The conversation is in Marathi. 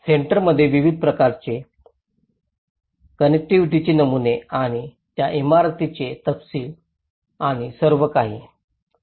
सेटलमेंटमध्ये विविध प्रकारचे कनेक्टिव्हिटीचे नमुने आणि त्या इमारतीचे तपशील आणि सर्वकाही